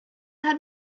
had